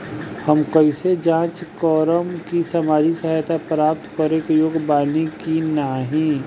हम कइसे जांच करब कि सामाजिक सहायता प्राप्त करे के योग्य बानी की नाहीं?